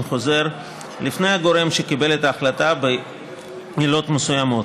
חוזר לפני הגורם שקיבל את ההחלטה בעילות מסוימות.